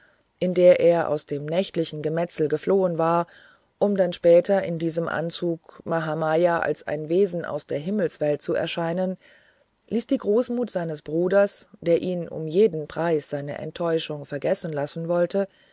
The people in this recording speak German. in der er aus dem nächtlichen gemetzel geflohen war um dann später in diesem anzug mahamaya als ein wesen aus der himmelswelt zu erscheinen so ließ die großmut seines bruders der ihn um jeden preis seine enttäuschung vergessen lassen wollte